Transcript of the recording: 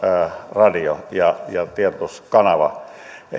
radio ja tiedotuskanava